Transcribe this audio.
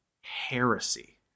heresy